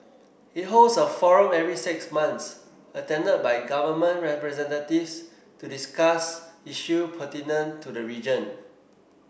it holds a forum every six months attended by government representatives to discuss issue pertinent to the region